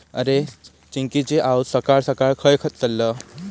अरे, चिंकिची आऊस सकाळ सकाळ खंय चल्लं?